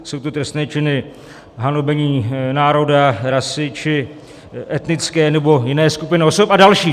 Jsou to trestné činy hanobení národa, rasy či etnické nebo jiné skupiny osob a další.